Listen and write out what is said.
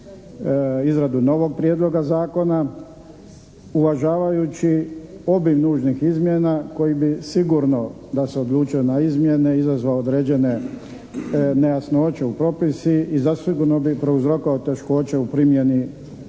izradu novog prijedloga zakona uvažavajući obim nužnih izmjena koji bi sigurno da se odlučio na izmjene izazvao određene nejasnoće u propisima i zasigurno bi prouzrokovao teškoće u primjeni